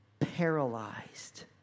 paralyzed